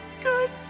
good